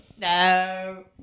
No